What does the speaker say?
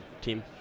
team